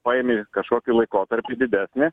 paimi kažkokį laikotarpį didesnį